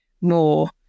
more